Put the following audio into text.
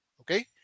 Okay